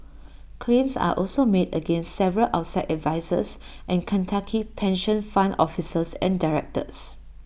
claims are also made against several outside advisers and Kentucky pension fund officers and directors